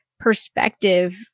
perspective